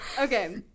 Okay